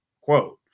quote